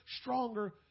stronger